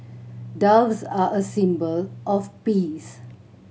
doves are a symbol of peace